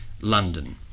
London